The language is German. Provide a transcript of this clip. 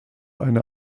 eine